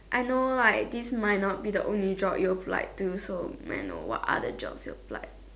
I know like this might not the only job you apply to so may I know what other jobs you applied